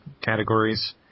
categories